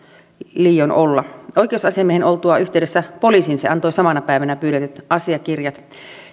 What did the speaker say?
liioin olla oikeusasiamiehen oltua yhteydessä poliisiin se antoi samana päivänä pyydetyt asiakirjat